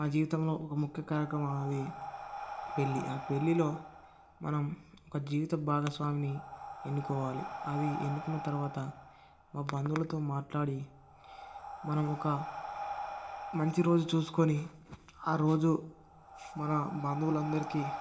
మన జీవితంలో ఒక ముఖ్య కార్యక్రమం అది పెళ్ళి ఆ పెళ్ళిలో మనం ఒక జీవిత భాగస్వామిని ఎన్నుకోవాలి అది ఎన్నుకున్న తరువాత మా బంధువులతో మాట్లాడి మనం ఒక మంచి రోజు చూసుకొని ఆ రోజు మన బంధువులందరికీ